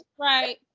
Right